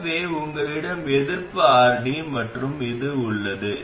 எனவே உங்களிடம் எதிர்ப்பு RD மற்றும் இது உள்ளது